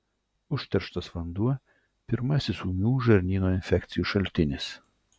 užterštas vanduo pirmasis ūmių žarnyno infekcijų šaltinis